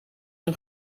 een